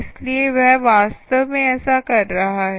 इसलिए वह वास्तव में ऐसा कर रहा है